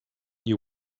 you